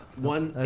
one